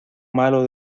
malo